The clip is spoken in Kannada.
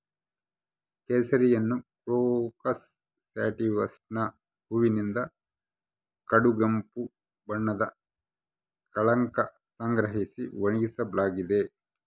ಕೇಸರಿಯನ್ನುಕ್ರೋಕಸ್ ಸ್ಯಾಟಿವಸ್ನ ಹೂವಿನಿಂದ ಕಡುಗೆಂಪು ಬಣ್ಣದ ಕಳಂಕ ಸಂಗ್ರಹಿಸಿ ಒಣಗಿಸಲಾಗಿದೆ